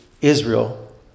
Israel